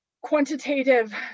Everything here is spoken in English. quantitative